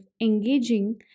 engaging